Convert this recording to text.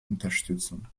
unterstützung